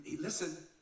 listen